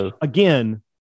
again